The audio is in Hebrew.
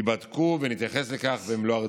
ייבדקו ונתייחס לכך במלוא הרצינות.